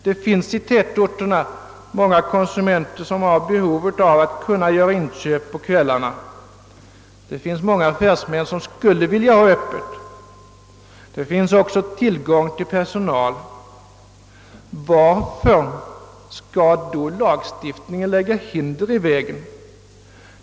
Det finns i tätorterna många konsumenter som behöver kunna göra inköp på kvällarna, det finns många affärsmän som skulle vilja ha öppet och det finns också tillgång till personal. Varför skall då lagstiftningen lägga hinder i vägen?